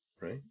right